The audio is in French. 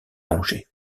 angers